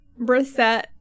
Brissette